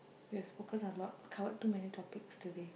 we have spoken a lot covered too many topics today